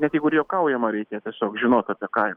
net jeigu ir juokaujama reikia tiesiog žinot apie ką